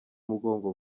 umugongo